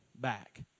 back